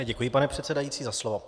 Děkuji, pane předsedající, za slovo.